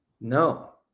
No